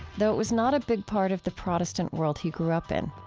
though it was not a big part of the protestant world he grew up in.